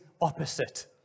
opposite